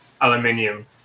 aluminium